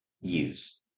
use